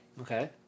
Okay